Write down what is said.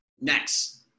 Next